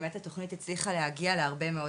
באמת התוכנית הצליחה להגיע להרבה מאוד